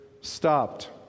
stopped